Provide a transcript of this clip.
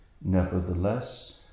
Nevertheless